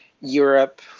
Europe